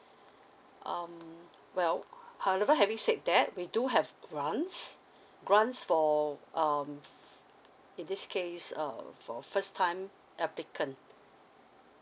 um well however having said that we do have grants grants for um f~ in this case uh for first time applicant